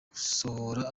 gusohora